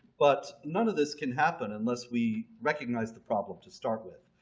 but none of this can happen unless we recognize the problem to start with.